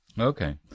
Okay